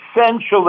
essentially